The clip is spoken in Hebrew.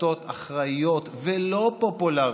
החלטות אחראיות ולא פופולריות,